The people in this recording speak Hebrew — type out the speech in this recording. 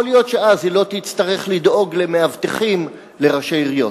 יכול להיות שאז היא לא תצטרך לדאוג למאבטחים לראשי עיריות.